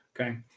Okay